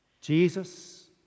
Jesus